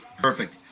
Perfect